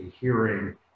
hearing